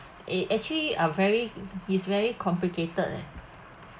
eh actually are very is very complicated eh